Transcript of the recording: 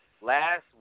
Last